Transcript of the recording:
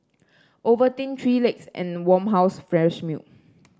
Ovaltine Three Legs and Farmhouse Fresh Milk